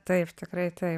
taip tikrai taip